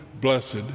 blessed